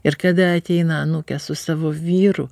ir kada ateina anūke su savo vyru